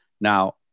Now